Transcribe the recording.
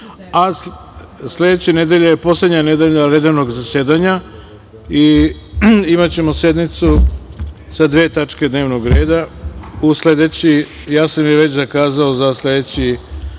nedelje je poslednja nedelja redovnog zasedanja i imaćemo sednicu sa dve tačke dnevnog reda. Već sam je zakazao za sledeći